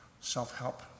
self-help